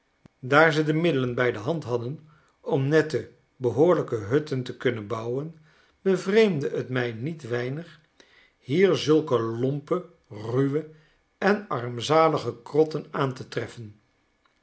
daar ze de middelen bij do hand hadden om nette behoorlijke hutten te kunnen bouwen bevreemdde het mij niet weinig hier zulke lompe ruwe en armzalige krotten aan te treffen